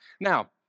Now